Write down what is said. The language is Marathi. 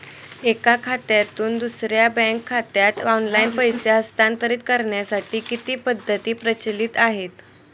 एका खात्यातून दुसऱ्या बँक खात्यात ऑनलाइन पैसे हस्तांतरित करण्यासाठी किती पद्धती प्रचलित आहेत?